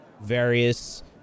Various